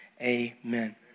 amen